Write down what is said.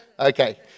Okay